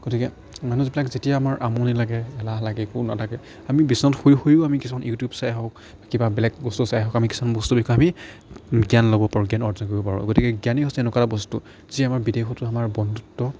গতিকে মানুহবিলাক যেতিয়া আমাৰ আমনি লাগে এলাহ লাগে একো নাথাকে আমি বিছনাত শুই শুয়ো আমি কিছুমান ইউটিউব চাই হওক কিবা বেলেগ বস্তু চাই হওক আমি কিছু বস্তুৰ বিষয়ে আমি জ্ঞান ল'ব পাৰোঁ জ্ঞান অৰ্জন কৰিব পাৰোঁ গতিকে জ্ঞান হৈছে এনেকুৱা এটা বস্তু যি আমাৰ বিদেশটো আমাৰ বন্ধুত্ব